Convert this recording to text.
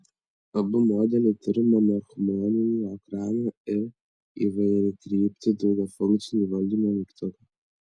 abu modeliai turi monochrominį ekraną ir įvairiakryptį daugiafunkcį valdymo mygtuką